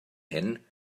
hyn